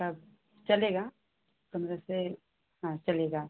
तब चलेगा पंद्रह से हाँ चलेगा